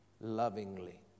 lovingly